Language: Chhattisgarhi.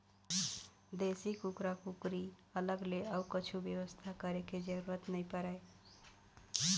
देसी कुकरा कुकरी अलग ले अउ कछु बेवस्था करे के जरूरत नइ परय